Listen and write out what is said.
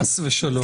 חס ושלום.